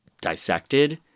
dissected